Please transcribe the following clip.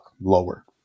lower